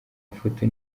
mafoto